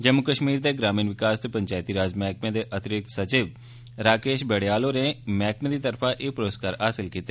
जम्मू कष्मीर दे ग्रामीण विकास ते पंचैती राज मैह्कमे दे अतिरिक्त सचिव राकेष बड़ेयाल होरें मैह्कमे दी तरफा एह पुरस्कार हासल कीते